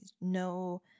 no